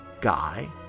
Guy